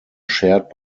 shared